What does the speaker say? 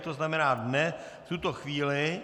To znamená ne v tuto chvíli.